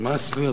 נמאס לי,